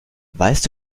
weißt